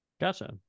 Gotcha